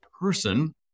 person